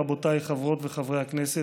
רבותיי חברות וחברי הכנסת,